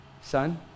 Son